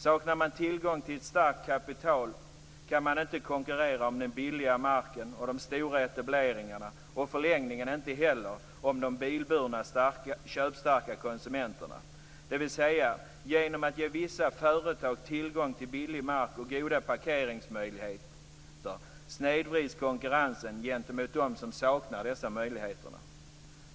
Saknar man tillgång till ett starkt kapital kan man inte konkurrera om den billiga marken och de stora etableringarna och i förlängningen inte heller om de bilburna köpstarka konsumenterna, dvs. att man genom att ge vissa företag tillgång till billig mark och goda parkeringsmöjligheter snedvrider konkurrensen gentemot dem som saknar dessa möjligheter.